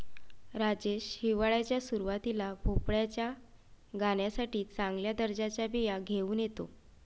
राजेश हिवाळ्याच्या सुरुवातीला भोपळ्याच्या गाण्यासाठी चांगल्या दर्जाच्या बिया घेऊन येतो